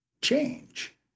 change